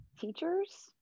teachers